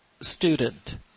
student